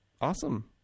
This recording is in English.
Awesome